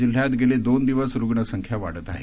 जिल्ह्यात गेले दोन दिवस रुग्ण संख्या वाढत आहे